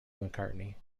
mccartney